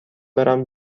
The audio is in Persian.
برم